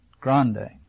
Grande